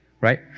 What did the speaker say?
Right